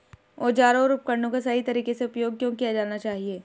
औजारों और उपकरणों का सही तरीके से उपयोग क्यों किया जाना चाहिए?